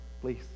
please